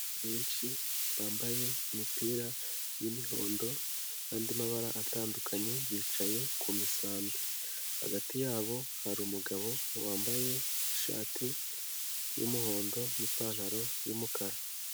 Benshi bambaye imipira y'i'mihondo nandi mabara atandukanye bicaye ku misambi, hagati yabo hari umugabo wambaye ishati y'umuhondo n'ipantaro y'umukara.